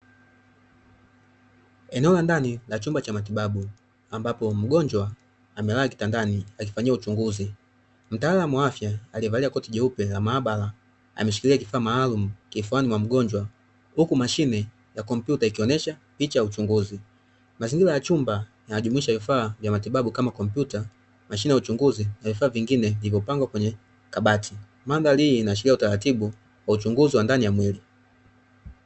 Eneo la ndani la chumba cha matibabu ambapo mgonjwa amelala kitandani akifanyiwa uchunguzi. Mtaalamu wa afya aliyevalia koti jeupe la maabala ameshilia kifaa maalumu kifuani mwa mgonjwa huku mashine ya kompyuta ikionyesha picha ya uchungu. Mazingira ya chumba yanajumuisha vifaa vya matibabu kama kompyuta mashine ya uchungu na vifaa vilivyopangwa kwenye kabati. mandhari hii inaashiria uchunguzi wa ndani ya mwili.